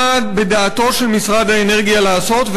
מה בדעתו של משרד האנרגיה לעשות,